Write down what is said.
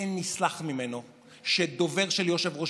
שאין נסלח ממנו שדובר של יושב-ראש